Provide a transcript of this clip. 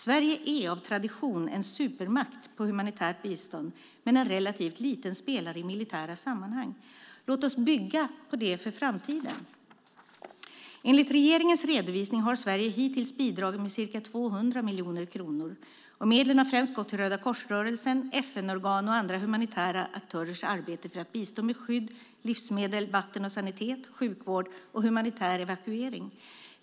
Sverige är av tradition en supermakt på humanitärt bistånd men en relativt liten spelare i militära sammanhang. Låt oss bygga på det för framtiden. Enligt regeringens redovisning har Sverige hittills bidragit med ca 200 miljoner kronor. Medlen har främst gått till Rödakorsrörelsen, FN-organ och andra humanitära organs arbete för att bistå med skydd, livsmedel, vatten och sanitet, sjukvård och humanitär evakuering.